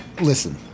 listen